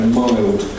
mild